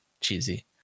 cheesy